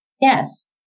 Yes